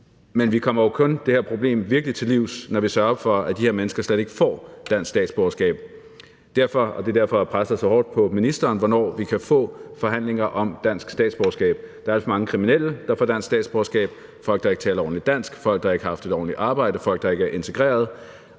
kun det her problem virkelig til livs, når vi sørger for, at de her mennesker slet ikke får dansk statsborgerskab. Det er derfor, presset er så hårdt på ministeren for, hvornår vi kan få forhandlinger om dansk statsborgerskab. Der er alt for mange kriminelle, der får dansk statsborgerskab, folk, der ikke taler ordentligt dansk, folk, der ikke har haft et ordentligt arbejde, folk, der ikke er integreret.